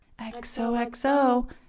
XOXO